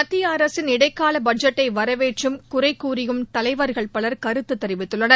மத்திய அரசின் இடைக்கால பட்ஜெட்டை வரவேற்றும் குறை கூறியும் தலைவர்கள் பவர் கருத்து தெரிவித்துள்ளனர்